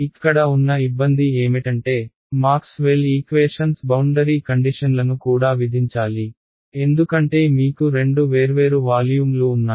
ఇక్కడ ఉన్న ఇబ్బంది ఏమిటంటే మాక్స్వెల్ ఈక్వేషన్స్ బౌండరీ కండిషన్లను కూడా విధించాలి ఎందుకంటే మీకు రెండు వేర్వేరు వాల్యూమ్లు ఉన్నాయి